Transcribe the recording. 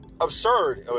absurd